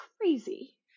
crazy